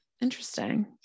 interesting